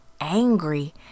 angry